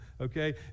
okay